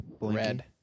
Red